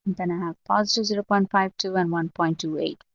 then i have positive zero point five two and one point two eight.